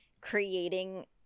creating